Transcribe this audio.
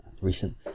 recent